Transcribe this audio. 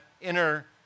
inner